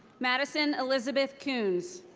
madyson elizabeth kuhns.